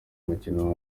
mukino